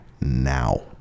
now